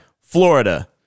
Florida